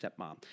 stepmom